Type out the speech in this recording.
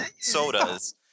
sodas